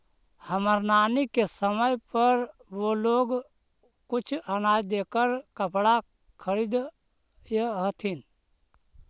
हमर नानी के समय पर वो लोग कुछ अनाज देकर कपड़ा खरीदअ हलथिन